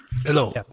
Hello